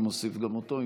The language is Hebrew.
ואני מוסיף גם אותו.